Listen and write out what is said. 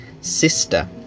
sister